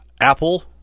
Apple